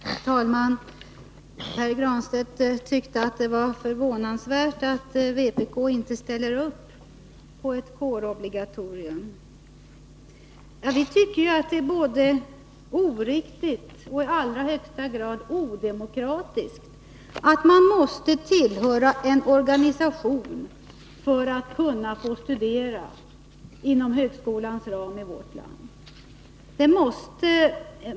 Herr talman! Pär Granstedt tyckte att det var förvånansvärt att vpk inte ställer upp på ett kårobligatorium. Vi tycker att det är både oriktigt och i allra högsta grad odemokratiskt att man måste tillhöra en organisation för att få studera inom högskolans ram i vårt land.